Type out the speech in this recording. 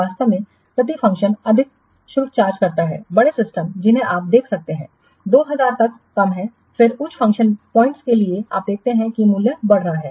वास्तव में प्रति फ़ंक्शन अधिक शुल्क चार्ज करता है बड़े सिस्टम जिन्हें आप देख सकते हैं 2000 तक कम है फिर उच्च फ़ंक्शन बिंदुओं के लिए आप देखते हैं कि मूल्य बढ़ रहा है